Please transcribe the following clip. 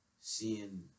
seeing